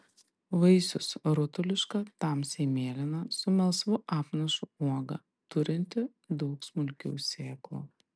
vaisius rutuliška tamsiai mėlyna su melsvu apnašu uoga turinti daug smulkių sėklų